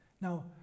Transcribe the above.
Now